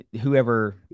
whoever